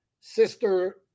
sister